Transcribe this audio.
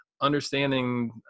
understanding